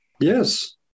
Yes